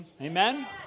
Amen